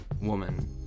woman